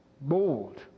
Bold